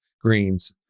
greens